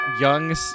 Young